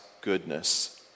goodness